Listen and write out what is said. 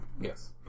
Yes